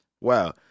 Wow